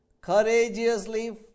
courageously